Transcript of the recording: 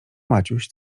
maciuś